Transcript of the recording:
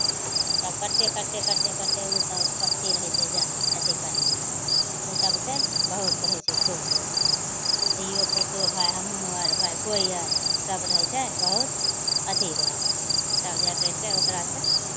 आब करिते करिते करिते करिते ओसभ पक्षी रहै छै जा अथि करै ओ सभसँ बहुत रहै छै खुश होल धियो पुतो भाय हमहूँ आर भाय कोइ आर सभ रहै छै बहुत अथि होल तब जाए करि कऽ ओकरासँ